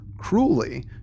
cruelly